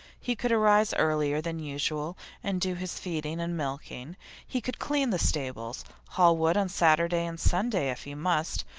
he could arise earlier than usual and do his feeding and milking he could clean the stables, haul wood on saturday and sunday, if he must,